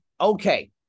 Okay